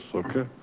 so okay.